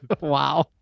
Wow